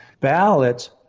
ballots